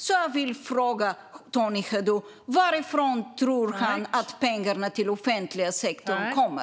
Jag vill därför fråga Tony Haddou: Varifrån tror du att pengarna till den offentliga sektorn kommer?